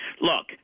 look